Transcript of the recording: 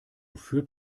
führt